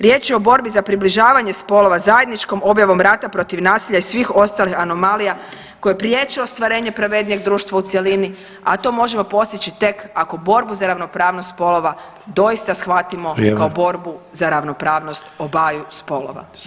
Riječ je o borbi za približavanje spolova zajedničkom objavom rata protiv nasilja i svih ostalih anomalija koje priječe ostvarenje pravednijeg društva u cjelini, a to možemo postići tek ako borbu za ravnopravnost spolova doista [[Upadica: Vrijeme.]] shvatimo kao borbu za ravnopravnost obaju spolova.